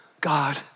God